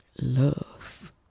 Love